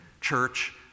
church